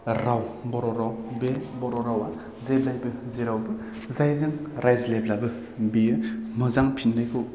राव बर' राव बे बर' रावआ जेब्लायबो जेरावबो जायजों रायज्लायब्लाबो बियो मोजां फिन्नायखौ